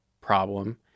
problem